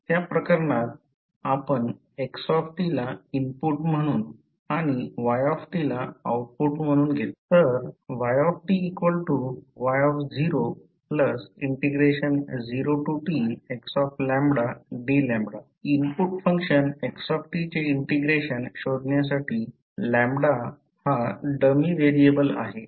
त्या प्रकरणात आपण x ला इनपुट म्हणून आणि y आउटपुट म्हणून घेतले तर yty00txdλ इनपुट फंक्शन xt चे इंटिग्रेशन शोधण्यासाठी डमी व्हेरिएबल आहे